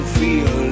feel